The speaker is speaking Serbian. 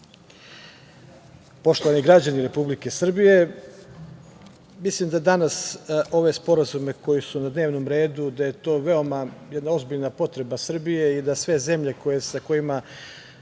poštovani građani Republike Srbije, mislim da danas ove sporazume koji su na dnevnom redu da je to veoma jedna ozbiljna potreba Srbije i da sve zemlje sa kojima